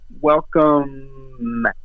welcome